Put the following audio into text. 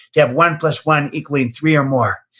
you have one plus one equaling three or more.